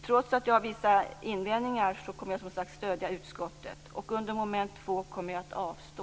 Trots att jag har vissa invändningar kommer jag som sagt att stödja utskottet. Under mom. 2 kommer jag att avstå.